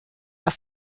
auf